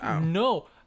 No